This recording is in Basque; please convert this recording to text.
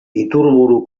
iturburu